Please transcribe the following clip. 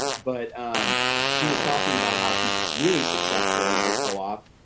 but she was talking about how she's really successful in her co-op,